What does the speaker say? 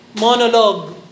monologue